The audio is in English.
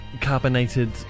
carbonated